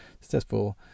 successful